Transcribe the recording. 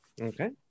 Okay